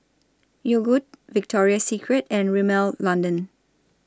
Yogood Victoria Secret and Rimmel London